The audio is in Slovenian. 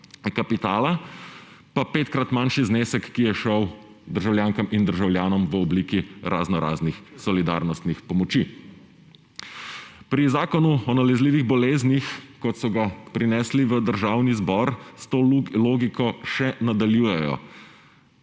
pa petkrat manjši znesek, ki je šel državljankam in državljanom v obliki raznoraznih solidarnostnih pomoči. Pri Zakonu o nalezljivih boleznih, kot so ga prinesli v Državni zbor, s to logiko še nadaljujejo.